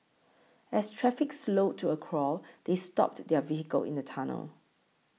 as traffic slowed to a crawl they stopped their vehicle in the tunnel